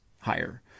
higher